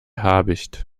habicht